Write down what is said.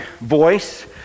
voice